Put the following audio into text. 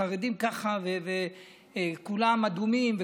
החרדים ככה, כולם אדומים.